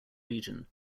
region